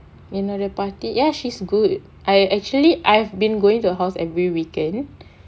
என்னோட பாட்டி:ennoda paati ya she's good I actually I've been going to her house every weekend